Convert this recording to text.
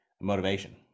motivation